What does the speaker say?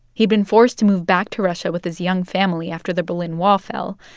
he'd been forced to move back to russia with his young family after the berlin wall fell.